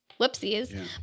Whoopsies